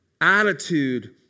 attitude